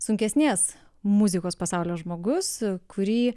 sunkesnės muzikos pasaulio žmogus kurį